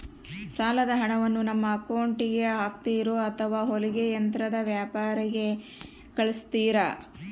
ಸಾಲದ ಹಣವನ್ನು ನಮ್ಮ ಅಕೌಂಟಿಗೆ ಹಾಕ್ತಿರೋ ಅಥವಾ ಹೊಲಿಗೆ ಯಂತ್ರದ ವ್ಯಾಪಾರಿಗೆ ಕಳಿಸ್ತಿರಾ?